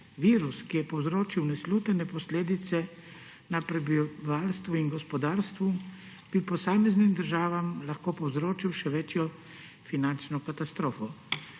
Virus, ki je povzročil neslutene posledice na prebivalstvu in gospodarstvu, bi posameznim državam lahko povzročil še večjo finančno katastrofo.